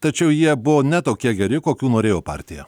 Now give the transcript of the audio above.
tačiau jie buvo ne tokie geri kokių norėjo partija